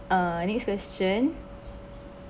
uh next question